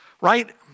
right